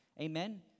Amen